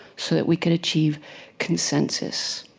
so that we could achieve consensus.